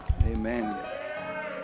amen